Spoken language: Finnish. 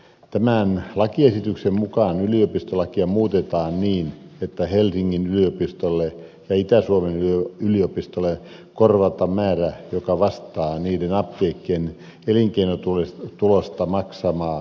tämän lakiesityksen mukaan yliopistolakia muutetaan niin että helsingin yliopistolle ja itä suomen yliopistolle korvataan määrä joka vastaa niiden apteekkien elinkeinotulosta maksamaa yhteisöveroa